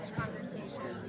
conversation